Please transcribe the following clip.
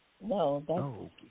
No